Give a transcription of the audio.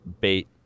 bait